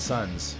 Sons